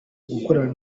gukorana